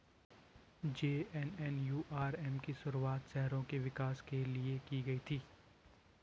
JNNURM की शुरुआत शहरों के विकास के लिए की गई थी